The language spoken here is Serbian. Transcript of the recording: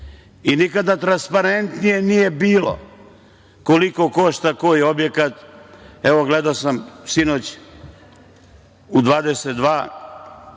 I nikada transparentnije nije bilo koliko košta koji objekat. Evo gledao sam sinoć u 22